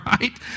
right